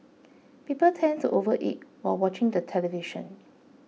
people tend to overeat while watching the television